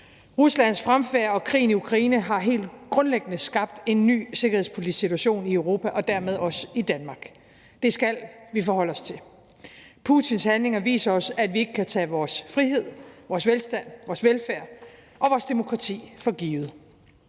Ruslands fremfærd og krigen i Ukraine har helt grundlæggende skabt en ny sikkerhedspolitisk situation i Europa og dermed også i Danmark. Det skal vi forholde os til. Putins handlinger viser os, at vi ikke kan tage vores frihed, vores velstand, vores velfærd og vores demokrati for givet.